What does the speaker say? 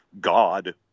god